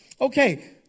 Okay